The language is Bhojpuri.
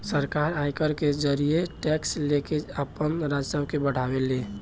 सरकार आयकर के जरिए टैक्स लेके आपन राजस्व के बढ़ावे ले